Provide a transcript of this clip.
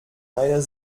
einer